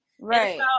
Right